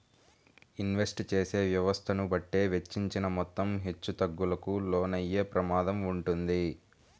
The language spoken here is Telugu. ఇన్వెస్ట్ చేసే వ్యవస్థను బట్టే వెచ్చించిన మొత్తం హెచ్చుతగ్గులకు లోనయ్యే ప్రమాదం వుంటది